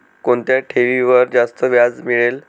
कोणत्या ठेवीवर जास्त व्याज मिळेल?